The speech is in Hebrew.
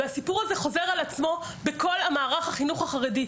והסיפור הזה חוזר על עצמו בכל מערך החינוך החרדי.